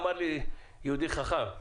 אמר לי יהודי חכם,